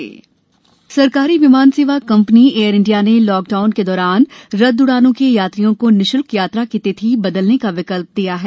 air India बदलाव सरकारी विमान सेवा कंपनी एयर इंडिया ने लॉकडाउन के दौरान रद्द उड़ानों के यात्रियों को निश्ल्क यात्रा की तिथि बदलने का विकल्प दिया है